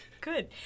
Good